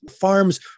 farms